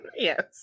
yes